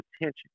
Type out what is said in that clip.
attention